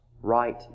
right